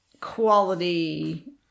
quality